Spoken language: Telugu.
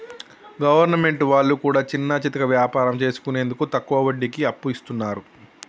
గవర్నమెంట్ వాళ్లు కూడా చిన్నాచితక వ్యాపారం చేసుకునేందుకు తక్కువ వడ్డీకి అప్పు ఇస్తున్నరు